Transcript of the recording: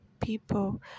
people